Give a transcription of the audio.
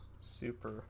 super